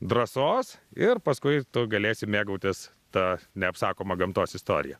drąsos ir paskui tu galėsi mėgautis ta neapsakoma gamtos istorija